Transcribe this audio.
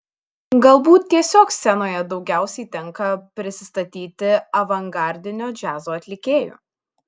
galbūt tiesiog scenoje daugiausiai tenka prisistatyti avangardinio džiazo atlikėju